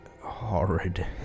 horrid